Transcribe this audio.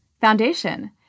foundation